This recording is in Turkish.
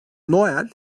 noel